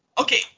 okay